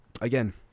Again